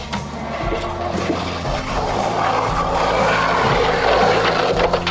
on